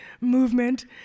movement